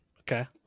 okay